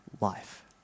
life